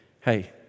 hey